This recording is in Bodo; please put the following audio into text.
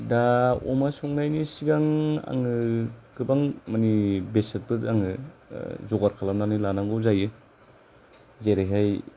दा अमा संनायनि सिगां आङो गोबां मानि बेसादफोर आङो जगार खालामनानै लानांगौ जायो जेरैहाय